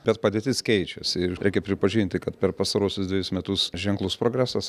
bet padėtis keičiasi ir reikia pripažinti kad per pastaruosius dvejus metus ženklus progresas